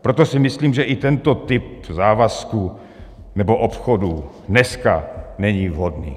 Proto si myslím, že i tento typ závazku, nebo obchodu, dneska není vhodný.